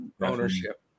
ownership